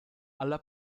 alla